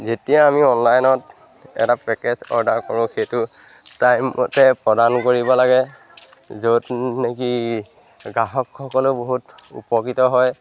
যেতিয়া আমি অনলাইনত এটা পেকেজ অৰ্ডাৰ কৰোঁ সেইটো টাইম মতে প্ৰদান কৰিব লাগে য'ত নেকি গ্ৰাহকসকলেও বহুত উপকৃত হয়